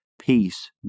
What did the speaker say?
Peace